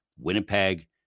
Winnipeg